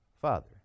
father